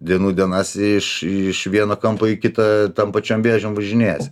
dienų dienas iš iš vieno kampo į kitą tam pačiam vėžiom važinėjasi